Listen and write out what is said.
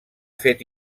fet